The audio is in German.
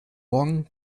morgen